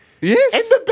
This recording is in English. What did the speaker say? Yes